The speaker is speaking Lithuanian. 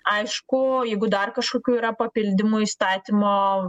aišku jeigu dar kažkokių yra papildymų įstatymo